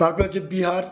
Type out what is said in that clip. তারপরে হচ্ছে বিহার